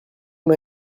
n’a